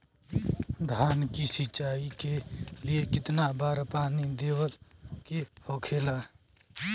धान की सिंचाई के लिए कितना बार पानी देवल के होखेला?